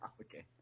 Okay